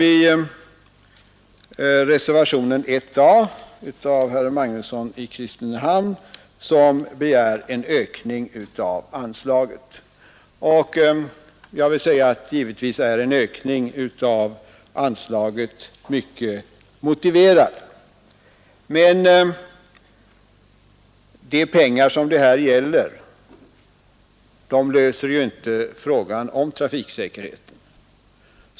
I reservationen 1a av herr Magnusson i Kristinehamn begärs en anslagsökning. Jag vill säga att en ökning av anslaget är givetvis mycket motiverad, men de pengar som det här gäller löser ju inte frågan om trafiksäkerheten.